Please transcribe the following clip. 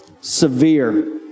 severe